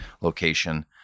location